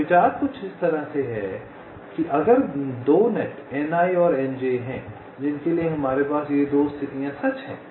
तो विचार कुछ इस तरह है अगर 2 नेट Ni और Nj हैं जिनके लिए हमारे पास ये 2 स्थितियां सच हैं